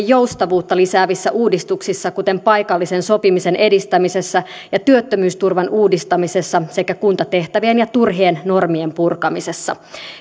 joustavuutta lisäävissä uudistuksissa kuten paikallisen sopimisen edistämisessä ja työttömyysturvan uudistamisessa sekä kuntatehtävien ja turhien normien purkamisessa